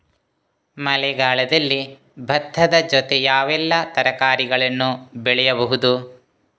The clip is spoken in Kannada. ಮಳೆಗಾಲದಲ್ಲಿ ಭತ್ತದ ಜೊತೆ ಯಾವೆಲ್ಲಾ ತರಕಾರಿಗಳನ್ನು ಬೆಳೆಯಬಹುದು?